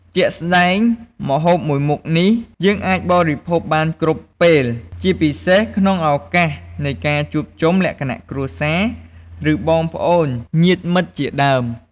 ជាក់ស្ដែងម្ហូបមួយមុខនេះ យើងអាចបរិភោគបានគ្រប់ពេល ជាពិសេសក្នុងឱកាសនៃការជួបជុំលក្ខណៈគ្រួសារ ឬបងប្អូនញាតិមិត្តជាដើម។